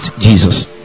Jesus